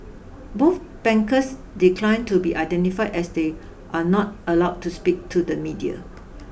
both bankers declined to be identified as they are not allowed to speak to the media